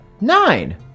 Nine